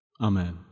amen